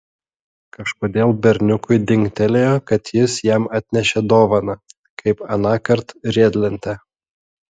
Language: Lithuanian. kažkodėl berniukui dingtelėjo kad jis jam atnešė dovaną kaip anąkart riedlentę